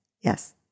yes